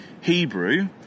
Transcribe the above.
Hebrew